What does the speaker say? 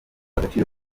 agaciro